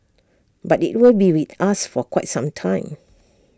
but IT will be with us for quite some time